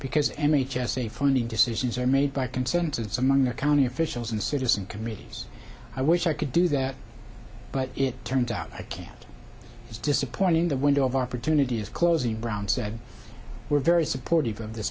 because n h s a funding decisions are made by consensus among the county officials and citizen committees i wish i could do that but it turns out i can't it's disappointing the window of opportunity is closing brown said we're very supportive of the